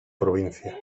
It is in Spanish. provincia